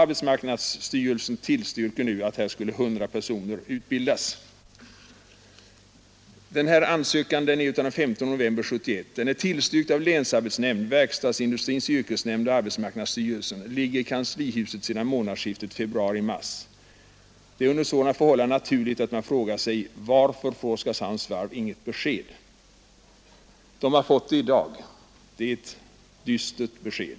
Arbetsmarknadsstyrelsen tillstyrkte nu att 100 personer skulle utbildas vid varvet. Varvets ansökan är daterad den 15 november 1971. Den är tillstyrkt av länsarbetsnämnden, Verkstadsindustrins yrkesnämnd och arbetsmarknadsstyrelsen, och den ligger i kanslihuset sedan månadsskiftet februari— mars. Det är under sådana förhållanden naturligt att man frågar sig: Varför får Oskarshamns Varv inget besked? Man har fått det i dag. Det är ett dystert besked.